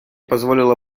позволило